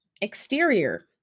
exterior